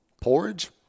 Porridge